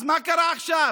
אז מה קרה עכשיו?